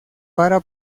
para